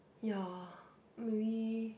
ya maybe